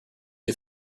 you